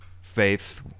faith